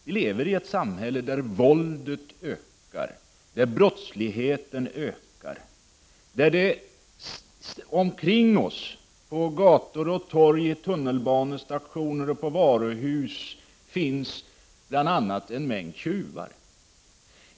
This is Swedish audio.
Vi lever i ett samhälle där våldet ökar, där brottsligheten ökar och där det omkring oss — på gator och torg, i tunnelbanestationer och på varuhus — finns bl.a. en mängd tjuvar.